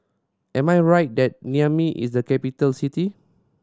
am I right that Niamey is a capital city